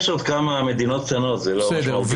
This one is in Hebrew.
יש עוד כמה מדינות קטנות, זה לא משמעותי.